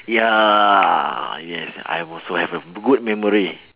ya yes I also have a good memory